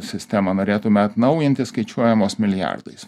sistemą norėtume atnaujinti skaičiuojamos milijardais